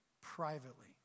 privately